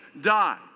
die